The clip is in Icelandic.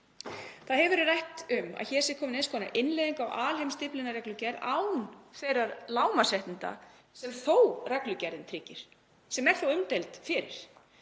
Það hefur verið rætt um að hér sé komin eins konar innleiðing á alheims-Dyflinnarreglugerð án þeirra lágmarksréttinda sem reglugerðin þó tryggir, sem er þó umdeild fyrir,